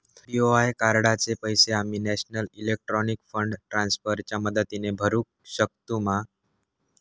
BOI कार्डाचे पैसे आम्ही नेशनल इलेक्ट्रॉनिक फंड ट्रान्स्फर च्या मदतीने भरुक शकतू मा?